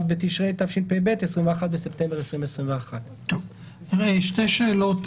בתשרי התשפ"ב (21 באוקטובר 2021). שתי שאלות,